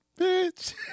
bitch